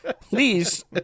Please